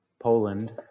Poland